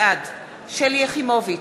בעד שלי יחימוביץ,